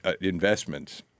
investments